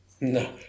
No